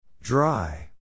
Dry